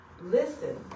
listen